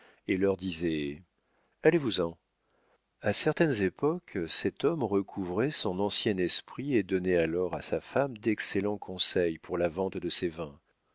et leur disait allez-vous-en a certaines époques cet homme recouvrait son ancien esprit et donnait alors à sa femme d'excellents conseils pour la vente de ses vins